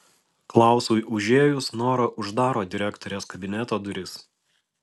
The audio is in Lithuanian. klausui užėjus nora uždaro direktorės kabineto duris